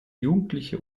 jugendliche